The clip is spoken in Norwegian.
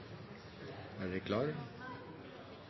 ei